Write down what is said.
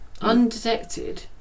undetected